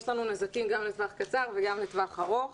יש לנו נזקים גם לטווח קצר וגם לטווח ארוך.